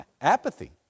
Apathy